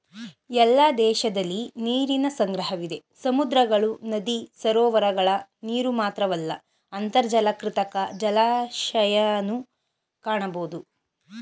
ಎಲ್ಲ ದೇಶದಲಿ ನೀರಿನ ಸಂಗ್ರಹವಿದೆ ಸಮುದ್ರಗಳು ನದಿ ಸರೋವರಗಳ ನೀರುಮಾತ್ರವಲ್ಲ ಅಂತರ್ಜಲ ಕೃತಕ ಜಲಾಶಯನೂ ಕಾಣಬೋದು